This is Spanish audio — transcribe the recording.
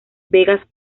vegas